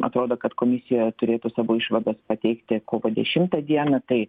atrodo kad komisija turėtų savo išvadas pateikti kovo dešimtą dieną tai